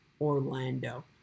Orlando